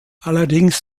allerdings